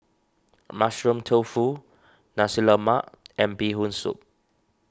Mushroom Tofu Nasi Lemak and Bee Hoon Soup